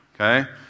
okay